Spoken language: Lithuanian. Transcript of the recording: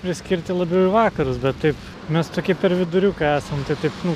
priskirti labiau į vakarus bet taip mes tokie per viduriuką esam tai taip nu